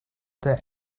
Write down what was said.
their